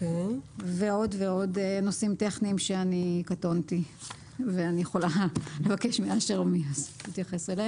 יש עוד נושאים טכניים שקטונתי ואני רק יכולה לבקש מאשר להסביר.